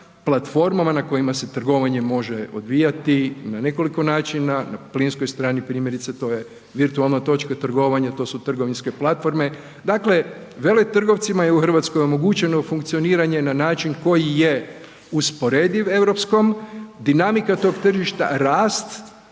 platformama na kojima se trgovanje može odvijati na nekoliko načina, na plinskoj strani primjerice to je virtualna točka trgovanja, to su trgovinske platforme, dakle veletrgovcima je u RH omogućeno funkcioniranje na način koji je usporediv europskom, dinamika tog tržišta, rast